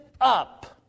up